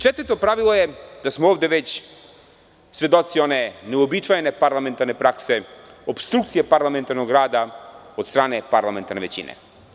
Četvrto pravilo je da smo ovde već svedoci one uobičajene parlamentarne prakse – opstrukcije parlamentarnog rada od strane parlamentarne većine.